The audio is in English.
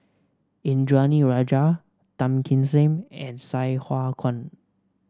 Indranee Rajah Tan Kim Seng and Sai Hua Kuan